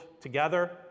together